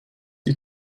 die